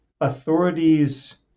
authorities